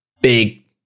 big